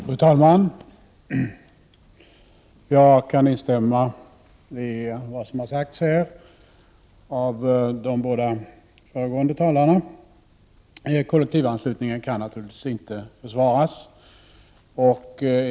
Fru talman! Jag kan instämma i vad som har sagts av de båda föregående talarna. Kollektivanslutningen kan naturligtvis inte försvaras.